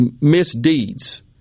misdeeds